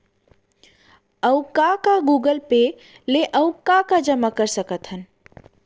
अऊ का का गूगल पे ले अऊ का का जामा कर सकथन?